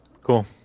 cool